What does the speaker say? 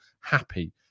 happy